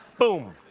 boom,